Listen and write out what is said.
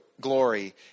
Glory